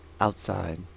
Outside